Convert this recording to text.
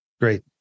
Great